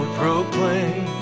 proclaim